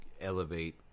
elevate